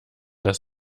das